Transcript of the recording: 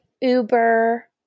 Uber